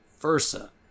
versa